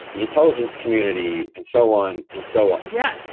the intelligence community and so on and so on yeah,